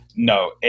No